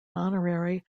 honorary